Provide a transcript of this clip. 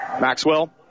Maxwell